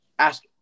Ask